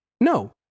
no